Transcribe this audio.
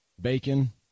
Bacon